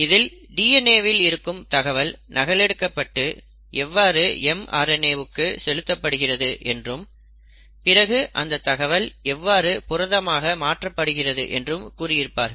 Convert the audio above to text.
இதில் DNA வில் இருக்கும் தகவல் நகலெடுக்கப்பட்டு எவ்வாறு mRNA வுக்கு செலுத்தப்படுகிறது என்றும் பிறகு அந்த தகவல் எவ்வாறு புரதமாக மாற்றப்படுகிறது என்றும் கூறி இருப்பார்கள்